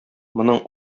моның